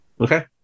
Okay